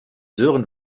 sören